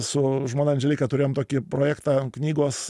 su žmona andželika turėjom tokį projektą knygos